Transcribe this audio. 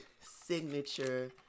signature